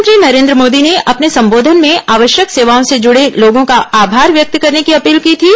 प्रधानमंत्री नरेन्द्र मोदी ने अपने संबोधन में आवश्यक सेवाओं से जुडे लोगों का आमार व्यक्त करने की अपील की थी